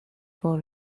for